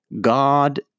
God